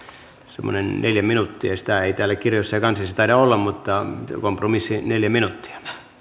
semmoinen neljä minuuttia sitä ei täällä kirjoissa ja kansissa taida olla mutta kompromissi neljä minuuttia